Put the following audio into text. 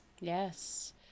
Yes